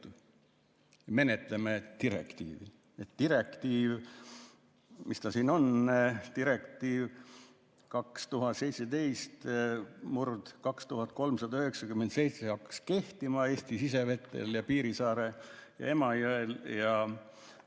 Menetleme direktiivi. Direktiiv, mis ta siin on, direktiiv 2017/2397 hakkab kehtima Eesti sisevetel, Piirissaarel ja Emajõel.